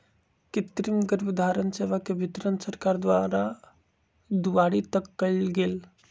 कृतिम गर्भधारण सेवा के वितरण सरकार द्वारा दुआरी तक कएल गेल